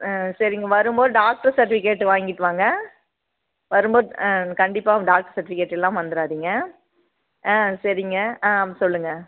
ஆ சேரிங்க வரும் போது டாக்டர் சர்டிவிக்கேட்டு வாங்கிட்டு வாங்க வரும்போது ஆ கண்டிப்பாக டாக் சர்டிவிக்கேட் இல்லாமல் வந்துடாதிங்க ஆ சரிங்க ஆ சொல்லுங்க